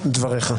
דבריך.